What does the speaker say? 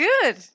good